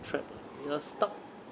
trapped lah you are stuck